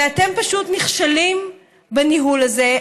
אתם פשוט נכשלים בניהול הזה,